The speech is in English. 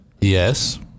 Yes